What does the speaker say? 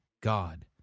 God